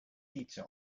第九